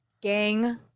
gang